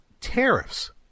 tariffs